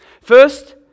First